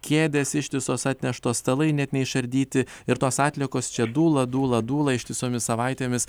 kėdės ištisos atneštos stalai net neišardyti ir tos atliekos čia dūla dūla dūla ištisomis savaitėmis